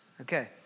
Okay